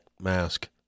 mask